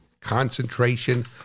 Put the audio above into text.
concentration